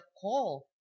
call